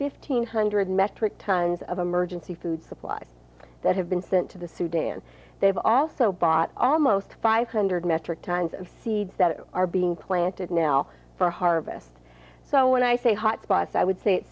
fifteen hundred metric tons of emergency food supplies that have been sent to the sudan they've also bought almost five hundred metric tons of seeds that are being planted now for harvest so when i say hot spots i would say